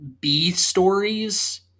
B-stories